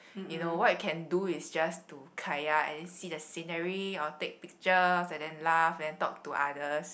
you know what you can do is just to kayak and then see the scenery or take picture and then laugh then talk to other